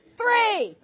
three